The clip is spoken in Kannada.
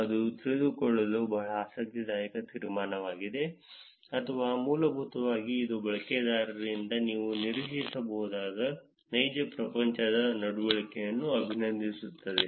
ಅದು ತಿಳಿದುಕೊಳ್ಳಲು ಬಹಳ ಆಸಕ್ತಿದಾಯಕ ತೀರ್ಮಾನವಾಗಿದೆ ಅಥವಾ ಮೂಲಭೂತವಾಗಿ ಇದು ಬಳಕೆದಾರರಿಂದ ನೀವು ನಿರೀಕ್ಷಿಸಬಹುದಾದ ನೈಜ ಪ್ರಪಂಚದ ನಡವಳಿಕೆಯನ್ನು ಅಭಿನಂದಿಸುತ್ತದೆ